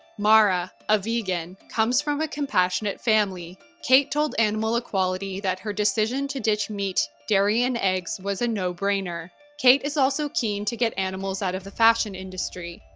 mara, a vegan, comes from a compassionate family. kate told animal equality that her decision to ditch meat, dairy, and eggs was a no brainer. kate is also keen to get animals out of the fashion industry,